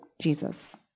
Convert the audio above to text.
Jesus